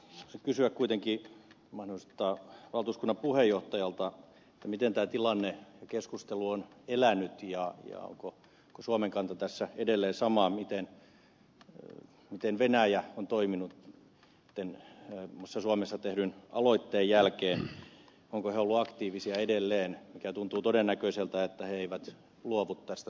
haluan kysyä kuitenkin mahdollisesti valtuuskunnan puheenjohtajalta miten tämä tilanne keskustelu on elänyt ja onko suomen kanta tässä edelleen sama miten venäjä on toiminut muun muassa suomessa tehdyn aloitteen jälkeen ovatko he olleet aktiivisia edelleen mikä tuntuu todennäköiseltä että he eivät luovu tästä tavoitteestaan